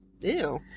Ew